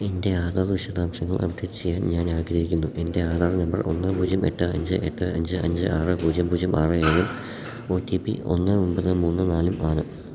എൻറ്റെ ആധാർ വിശദാംശങ്ങൾ അപ്ഡേറ്റ് ചെയ്യാൻ ഞാനാഗ്രഹിക്കുന്നു എൻറ്റെ ആധാർ നമ്പർ ഒന്ന് പൂജ്യം എട്ട് അഞ്ച് എട്ട് അഞ്ച് അഞ്ച് ആറ് പൂജ്യം പൂജ്യം ആറ് ഏഴും ഓ ടീ പി ഒന്ന് ഒൻപത് മൂന്ന് നാലും ആണ്